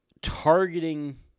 targeting